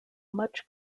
much